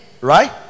Right